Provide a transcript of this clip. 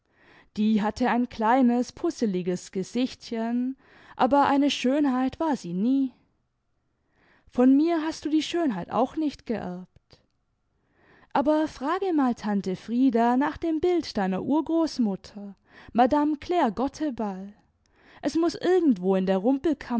die hatte ein kleines pusseliges gesichtchen aber eine schönheit war sie nie von mir hast du die schönheit auch nicht geerbt aber frage mal tante frieda nach dem bild deiner urgroßmutter madame ciaire gotteball es muß irgendwo in der rumpelkammer